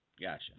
Gotcha